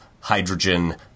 hydrogen